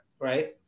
right